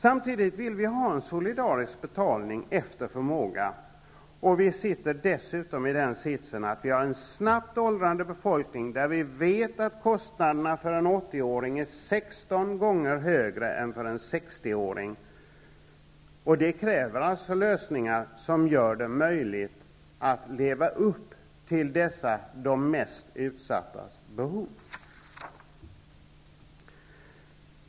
Samtidigt vill vi ha en solidarisk betalning efter förmåga, och vi sitter dessutom i den sitsen att vi har en snabbt åldrande befolkning, och vi vet att kostnaderna för en 80-åring är 16 gånger högre än för en 60-åring. Det kräver lösningar som gör det möjligt för oss att leva upp till dessa de mest utsattas behov.